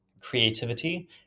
creativity